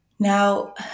Now